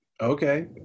Okay